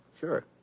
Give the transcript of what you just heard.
Sure